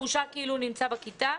תחושה כאילו הוא נמצא בכיתה.